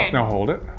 now hold it.